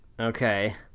Okay